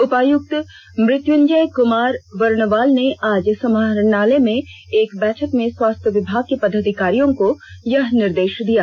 उपायुक्त मृत्यूंजय कुमार बरणवाल ने आज समाहरणालय में हुई एक बैठक में स्वास्थ्य विभाग के पदाधिकारियों को यह निर्देषदिया